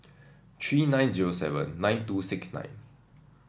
three nine zero seven nine two six nine